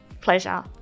Pleasure